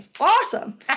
awesome